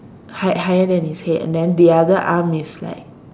high higher than his head and then the other arm is like